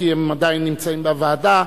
כי הם עדיין נמצאים בוועדה.